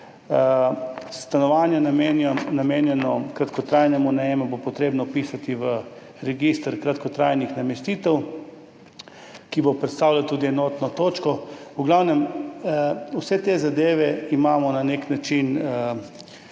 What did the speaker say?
Stanovanje, namenjeno kratkotrajnemu najemu, bo potrebno vpisati v register kratkotrajnih namestitev, ki bo predstavljal tudi enotno točko. V glavnem, vse te zadeve imamo na nek način